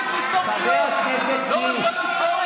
תתביישו לכם, לא תסתמו לנו את הפה.